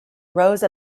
rose